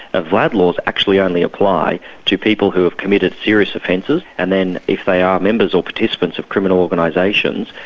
ah vlad laws actually only apply to people who have committed serious offences and then if they are members or participants of criminal organisations,